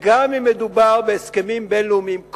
שגם אם מדובר בהסכמים בין-לאומיים,